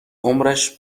عمرش